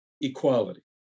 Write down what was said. equality